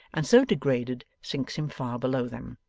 and so degraded, sinks him far below them.